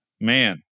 Man